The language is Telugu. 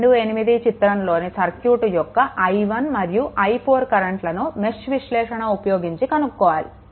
28 చిత్రంలోని సర్క్యూట్ యొక్క i1 మరియు i4 కరెంట్లను మెష్ విశ్లేషణ ఉపయోగించి కనుక్కోవాలి